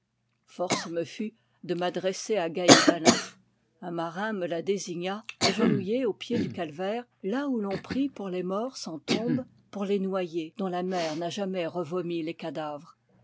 force me fut de m'adresser à gaïd alain un marin me la désigna agenouillée au pied du calvaire là où l'on prie pour les morts sans tombe pour les noyés dont la mer n'a jamais revomi les cadavres